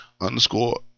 underscore